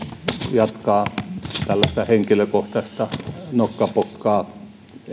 jatkaa tällaista henkilökohtaista nokkapokkaa